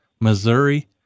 Missouri